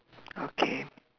okay